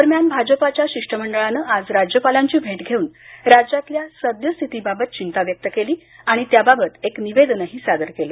दरम्यान भाजपाच्या शिष्टमंडळानं आज राज्यपालांची भेट घेऊन राज्यातल्या सद्यस्थितीबाबत चिंता व्यक्त केली आणि त्याबाबत एक निवेदनही सादर केलं